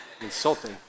insulting